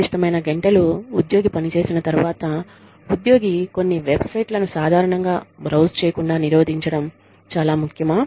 నిర్దిష్టమైన గంటలు ఉద్యోగి పని చేసిన తరువాత ఉద్యోగి కొన్ని వెబ్సైట్ లను సాధారణంగా బ్రౌజ్ చేయకుండ నిరోధించడం చాలా ముఖ్యమా